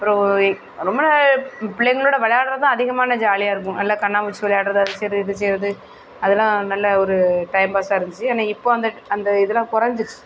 அப்புறோம் எங் ரொம்ப பிள்ளைங்களோட விளாட்றது தான் அதிகமான ஜாலியாக இருக்கும் நல்லா கண்ணாம்மூச்சி விளையாட்றது அது செய்வது இது செய்வது அதலாம் நல்ல ஒரு டைம் பாஸ்ஸாக இருந்துச்சு ஆனால் இப்போது அந்த அந்த இதலாம் குறைஞ்சிடுச்சு